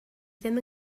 ddim